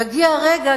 יגיע הרגע,